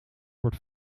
wordt